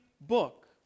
book